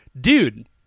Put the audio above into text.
Dude